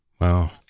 Wow